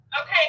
Okay